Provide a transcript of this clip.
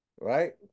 Right